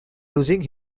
losing